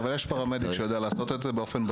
אבל יש פרמדיק שיודע לעשות את זה באופן בטוח מאוד.